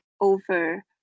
over